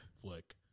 flick